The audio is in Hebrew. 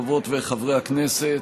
חברות וחברי הכנסת,